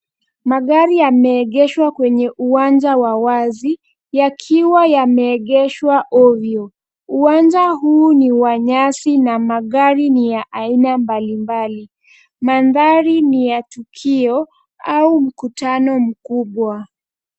Magari yameegeshwa kwenye uwanja wa wazi, yakiwa yameegeshwa ovyo. Uwanja huu ni wa nyasi na magari ni ya aina mbalimbali. Mandhari ni ya tukio, au mkutano mkubwa.